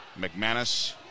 McManus